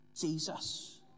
Jesus